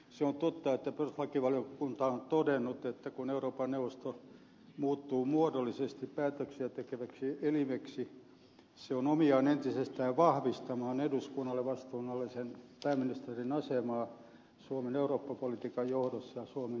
se on totta että perustuslakivaliokunta on todennut että kun eurooppa neuvosto muuttuu muodollisesti päätöksiä tekeväksi elimeksi se on omiaan entisestään vahvistamaan eduskunnalle vastuunalaisen pääministerin asemaa suomen eurooppa politiikan johdossa suomen edustajana